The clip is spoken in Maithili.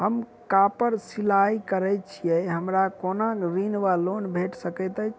हम कापड़ सिलाई करै छीयै हमरा कोनो ऋण वा लोन भेट सकैत अछि?